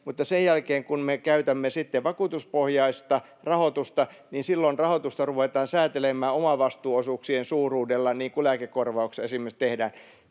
mutta kun me käytämme sitten vakuutuspohjaista rahoitusta, silloin rahoitusta ruvetaan säätelemään omavastuuosuuksien suuruudella, niin kuin lääkekorvauksessa esimerkiksi tehdään.